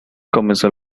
comenzó